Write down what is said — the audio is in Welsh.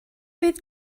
fydd